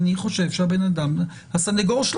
למשל לא פעם סנגור מכיר את הלקוח